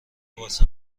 واسه